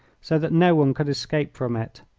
so that no one could escape from it.